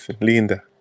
linda